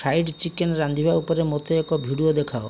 fried chicken ରାନ୍ଧିବା ଉପରେ ମୋତେ ଏକ ଭିଡ଼ିଓ ଦେଖାଅ